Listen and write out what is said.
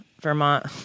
vermont